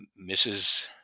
Mrs